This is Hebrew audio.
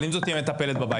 אבל אם זאת תהיה מטפלת בבית?